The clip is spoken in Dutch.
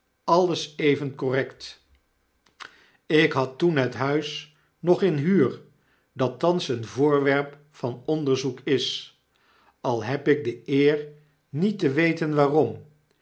alles even correct ik had toen het huis nog in huur dat thans een voorwerp van onderzoek is al heb ik de eer niet te weten waarom